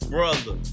Brother